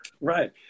right